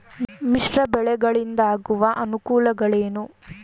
ಮಿಶ್ರ ಬೆಳೆಗಳಿಂದಾಗುವ ಅನುಕೂಲಗಳೇನು?